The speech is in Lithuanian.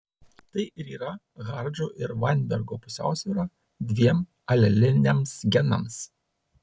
tai ir yra hardžio ir vainbergo pusiausvyra dviem aleliniams genams